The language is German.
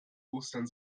ostern